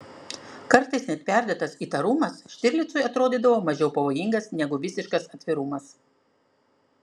kartais net perdėtas įtarumas štirlicui atrodydavo mažiau pavojingas negu visiškas atvirumas